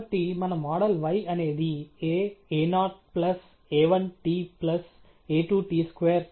కాబట్టి మన model y అనేది a a0 plus a1 t plus a2 t square